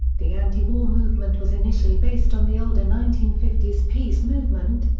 the antiwar movement was initially based on the older nineteen fifty s peace movement,